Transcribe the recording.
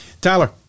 Tyler